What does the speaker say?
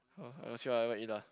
ah I'll see whatever I eat ah